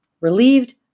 relieved